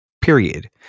period